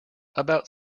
about